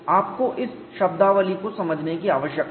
आपको इस शब्दावली को समझने की आवश्यकता है